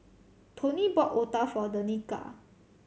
Tony bought otah for Danica